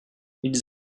ils